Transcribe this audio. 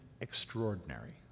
extraordinary